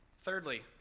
Thirdly